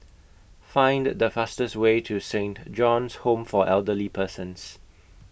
Find The fastest Way to Saint John's Home For Elderly Persons